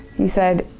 he said,